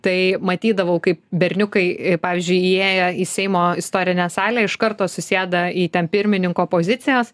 tai matydavau kaip berniukai pavyzdžiui įėję į seimo istorinę salę iš karto susėda į ten pirmininko pozicijas